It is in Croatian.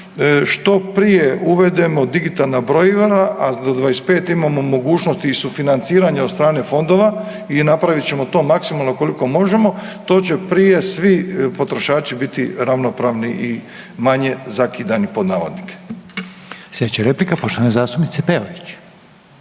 što prije uvedemo digitalna brojila, a do '25. imamo mogućnosti i sufinanciranja od strane fondova i napravit ćemo to maksimalno koliko možemo to će prije svi potrošači biti ravnopravni i manje zakidani pod navodnike. **Reiner, Željko (HDZ)** Slijedeća